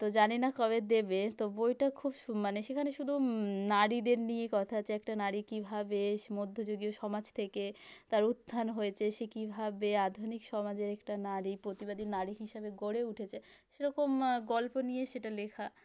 তো জানি না কবে দেবে তো বইটা খুব সু মানে সেখানে শুধু নারীদের নিয়ে কথা হচ্ছে একটা নারী কীভাবে সে মধ্যযুগীয় সমাজ থেকে তার উত্থান হয়েছে সে কীভাবে আধুনিক সমাজের একটা নারী প্রতিবাদী নারী হিসাবে গড়ে উঠেছে সেরকম গল্প নিয়ে সেটা লেখা